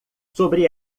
sobre